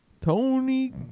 Tony